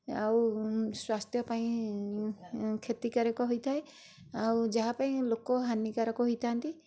ଆଉ ସ୍ୱାସ୍ଥ୍ୟପାଇଁ କ୍ଷତିକାରକ ହୋଇଥାଏ ଆଉ ଯାହାପାଇଁ ଲୋକ ହାନିକାରକ ହୋଇଥାଆନ୍ତି